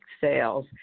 sales